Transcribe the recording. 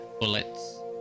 bullets